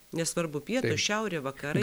nesvarbu pietūs šiaurė vakarai